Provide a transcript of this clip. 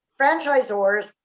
franchisors